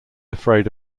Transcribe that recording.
afraid